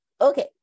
Okay